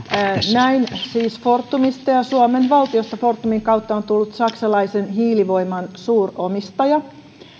näin siis fortumista ja suomen valtiosta fortumin kautta on tullut saksalaisen hiilivoiman suuromistaja